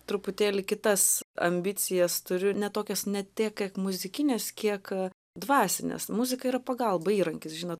truputėlį kitas ambicijas turiu ne tokias ne tiek kiek muzikines kiek dvasines muzika yra pagalba įrankis žino